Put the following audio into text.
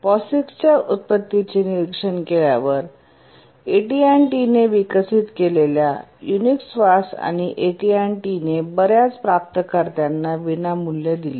पोसिक्सच्या उत्पत्तीचे निरीक्षण केल्यावर AT T ने विकसित केलेल्या युनिक्सवास आणि AT T ने बर्याच प्राप्तकर्त्यांना विनामूल्य दिले